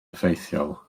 effeithiol